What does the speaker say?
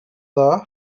dda